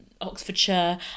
Oxfordshire